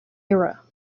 era